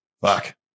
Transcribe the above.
fuck